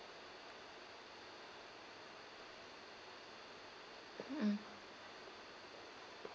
mm